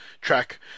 track